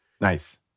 Nice